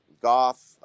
Goff